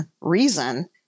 reason